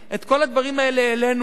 את כל הדברים האלה העלינו,